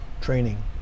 training